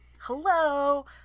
Hello